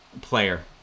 player